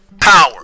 power